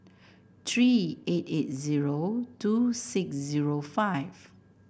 three eight eight zero two six zero five